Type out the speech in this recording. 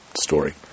story